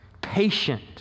patient